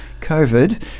COVID